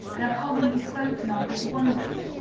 and are commonly spoken of as wonders.